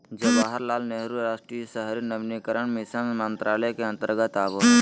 जवाहरलाल नेहरू राष्ट्रीय शहरी नवीनीकरण मिशन मंत्रालय के अंतर्गत आवो हय